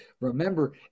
remember